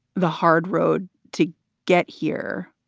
the hard road to get here,